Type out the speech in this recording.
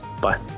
Bye